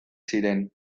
ziren